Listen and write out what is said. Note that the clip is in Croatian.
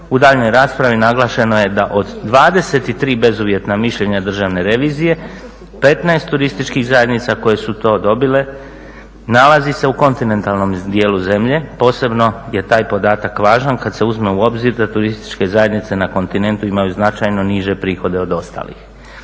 U daljnjoj raspravi naglašeno je da od 23 bezuvjetna mišljenja Državne revizije 15 turističkih zajednica koje su to dobile nalazi se u kontinentalnom dijelu zemlje, posebno je taj podatak važan kad se uzme u obzir da turističke zajednice na kontinentu imaju značajno niže prihode od ostalih.